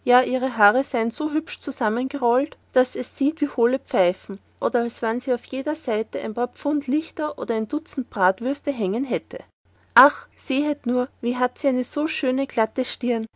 ihre haare sein so hübsch zusammengerollt daß es siehet wie hohle pfeifen oder als wann sie auf jeder seite ein paar pfund liechter oder ein dutzent bratwürste hangen hätte ach sehet nur wie hat sie so eine schöne glatte stirn